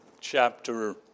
chapter